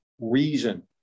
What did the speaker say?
reason